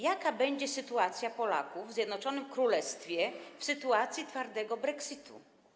Jaka będzie sytuacja Polaków w Zjednoczonym Królestwie w przypadku twardego brexitu?